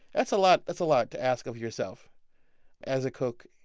that's a lot. that's a lot to ask of yourself as a cook,